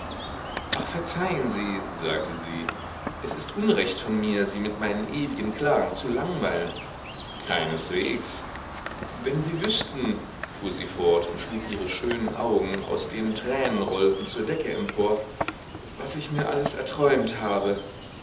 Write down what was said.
ach verzeihen sie sagte sie es ist unrecht von mir sie mit meinen ewigen klagen zu langweilen keineswegs wenn sie wüßten fuhr sie fort und schlug ihre schönen augen aus denen tränen rollten zur decke empor was ich mir alles erträumt habe